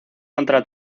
contra